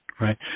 Right